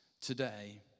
today